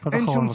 משפט אחרון.